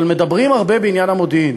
אבל מדברים הרבה בעניין המודיעין.